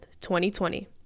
2020